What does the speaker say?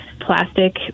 plastic